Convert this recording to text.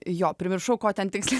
jo primiršau ko ten tiksliai